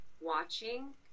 watching